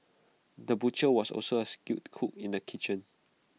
the butcher was also A skilled cook in the kitchen